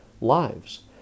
lives